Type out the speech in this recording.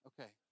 Okay